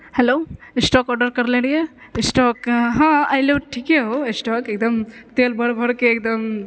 hello stove order करले रहिये stove हँ ऐलौ हँ ठीके हो स्टोव एकदम तेल भरि भरिके एकदम